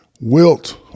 Wilt